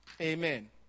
Amen